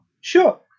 Sure